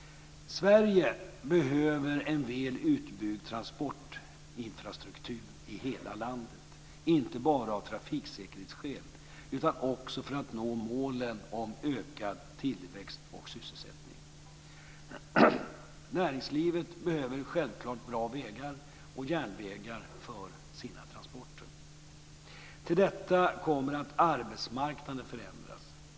Sverige behöver en väl utbyggd transportinfrastruktur i hela landet, inte bara av trafiksäkerhetsskäl utan också för att nå målen om ökad tillväxt och sysselsättning. Näringslivet behöver självklart bra vägar och järnvägar för sina transporter. Till detta kommer att arbetsmarknaden förändras.